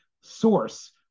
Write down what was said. source